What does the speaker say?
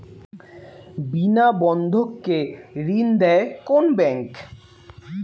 বিনা বন্ধক কে ঋণ দেয় কোন ব্যাংক?